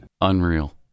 Unreal